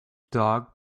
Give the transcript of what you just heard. dog